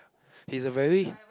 he's a very